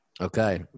Okay